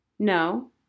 No